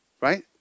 right